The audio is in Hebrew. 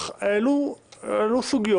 אך העלו סוגיות,